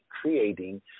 creating